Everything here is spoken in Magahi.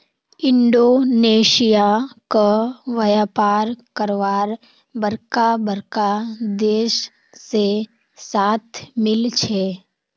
इंडोनेशिया क व्यापार करवार बरका बरका देश से साथ मिल छे